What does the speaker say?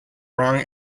wrong